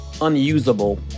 unusable